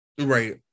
Right